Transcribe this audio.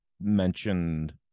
mentioned